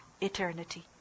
eternity